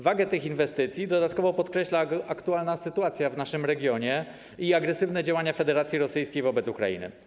Wagę tych inwestycji dodatkowo podkreślają aktualna sytuacja w naszym regionie i agresywne działania Federacji Rosyjskiej wobec Ukrainy.